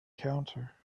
counter